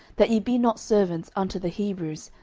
that ye be not servants unto the hebrews,